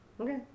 Okay